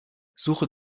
suche